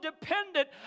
dependent